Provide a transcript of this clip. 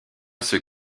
ceux